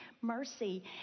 mercy